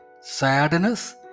sadness